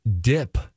dip